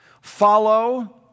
follow